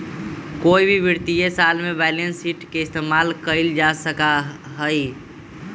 कोई भी वित्तीय साल में बैलेंस शीट के इस्तेमाल कइल जा सका हई